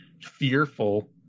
fearful